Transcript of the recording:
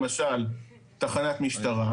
למשל תחנת משטרה,